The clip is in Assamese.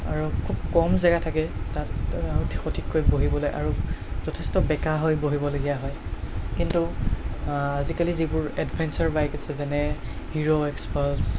আৰু খুব কম জেগা থাকে তাত সঠিককৈ বহিবলৈ আৰু যথেষ্ট বেঁকা হৈ বহিবলগীয়া হয় কিন্তু আজিকালি যিবোৰ এডভেন্সাৰ বাইক আছে যেনে হিৰ' এক্সপাল্ছ